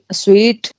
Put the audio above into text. sweet